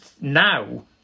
now